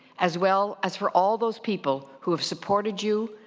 as well as for all those people who have supported you,